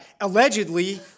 allegedly